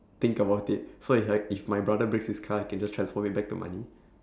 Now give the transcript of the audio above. think about it so if like if my brother breaks his car I can just transform it back to money